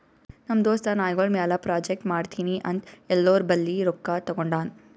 ನಮ್ ದೋಸ್ತ ನಾಯ್ಗೊಳ್ ಮ್ಯಾಲ ಪ್ರಾಜೆಕ್ಟ್ ಮಾಡ್ತೀನಿ ಅಂತ್ ಎಲ್ಲೋರ್ ಬಲ್ಲಿ ರೊಕ್ಕಾ ತಗೊಂಡಾನ್